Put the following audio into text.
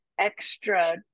extra